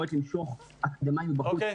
יכולת למשוך אקדמאים מבחוץ.